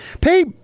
Pay